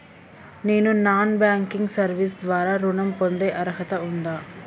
నేను non banking service ద్వారా ఋణం పొందే అర్హత ఉందా?